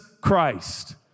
Christ